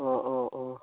অঁ অঁ অঁ